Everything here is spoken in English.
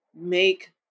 make